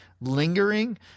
lingering